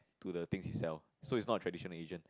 to the thing he sell so it's not traditional agent